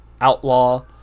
outlaw